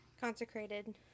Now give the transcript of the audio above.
Consecrated